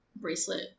bracelet